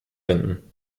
finden